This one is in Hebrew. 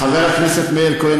חבר הכנסת מאיר כהן,